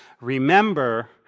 Remember